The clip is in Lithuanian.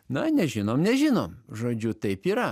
na nežinom nežinom žodžiu taip yra